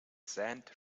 sand